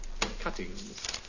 Cuttings